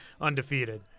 undefeated